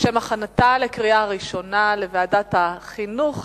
לשם הכנתה לקריאה הראשונה, לוועדת החינוך,